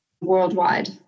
worldwide